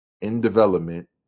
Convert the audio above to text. in-development